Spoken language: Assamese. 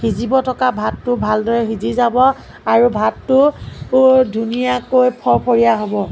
সিজিব থকা ভাতটো ভালদৰে সিজি যাব আৰু ভাতটো তোৰ ধুনীয়াকৈ ফৰফৰীয়া হ'ব